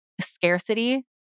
scarcity